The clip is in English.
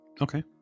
Okay